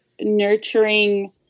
nurturing